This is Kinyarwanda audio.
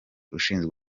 ushinzwe